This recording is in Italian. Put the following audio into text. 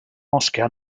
moschea